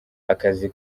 akazi